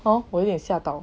hor 我有点吓倒